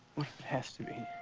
has to be?